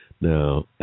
Now